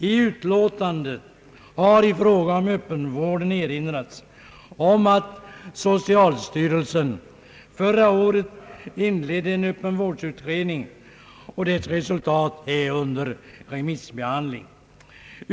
I utlåtandet har i fråga om Ööppenvården erinrats om att socialstyrelsen förra året inledde en öppenvårdsutredning och att dess resultat är under remissbehandling.